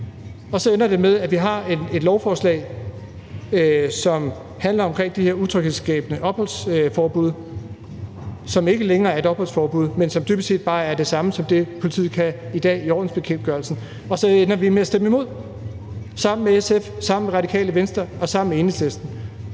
og så ender det med, at vi har et lovforslag, som handler om det her tryghedsskabende opholdsforbud, som ikke længere er et opholdsforbud, men som dybest set bare er det samme som det, politiet kan i dag i ordensbekendtgørelsen, og så ender vi med at stemme imod sammen med SF, sammen med Radikale Venstre og sammen med Enhedslisten.